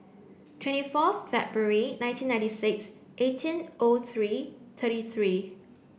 twenty fourth February nineteen ninety six eighteen O three thirty three